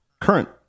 current